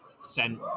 sent